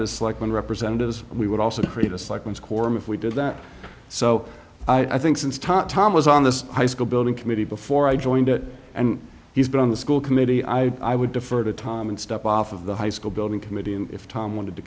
is like when representatives we would also create a cycling scorm if we did that so i think since tot tom was on this high school building committee before i joined it and he's been on the school committee i i would defer to tom and step off of the high school building committee and if tom wanted to